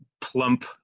plump